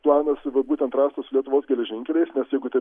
planas vat būtent rastas su lietuvos geležinkeliais nes jeigu taip